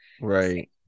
Right